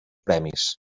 premis